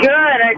Good